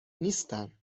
نیستن